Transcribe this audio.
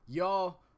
y'all